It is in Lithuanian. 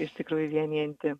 iš tikrųjų vienijanti